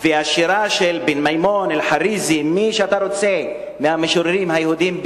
והשירה של אלחריזי, בן מימון,